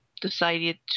decided